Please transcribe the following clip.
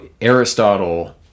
Aristotle